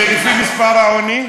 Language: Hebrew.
ולפי מספר העוני?